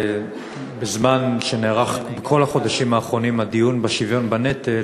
בכל החודשים האחרונים שנערך בהם הדיון בשוויון בנטל,